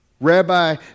Rabbi